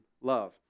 love